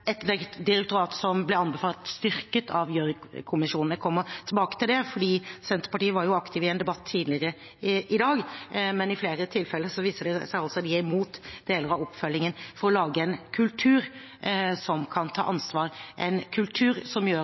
et direktorat som ble anbefalt styrket av Gjørv-kommisjonen. Jeg kommer tilbake til det, for Senterpartiet var aktiv i en debatt tidligere i dag, men i flere tilfeller viser det seg at de er imot deler av oppfølgingen for å lage en kultur som kan ta ansvar, en kultur som gjør